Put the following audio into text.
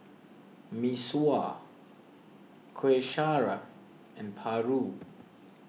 Mee Sua Kuih Syara and Paru